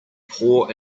poor